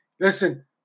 Listen